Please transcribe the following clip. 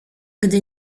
gdy